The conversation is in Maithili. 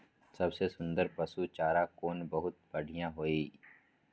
सबसे सुन्दर पसु चारा कोन बहुत बढियां होय इ?